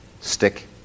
stick